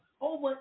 over